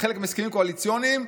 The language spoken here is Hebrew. כחלק מהסכמים קואליציוניים,